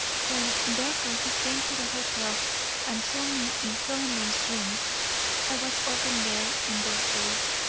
when, therefore, he came to the hotel and saw me in philemon's room i was often there in those days,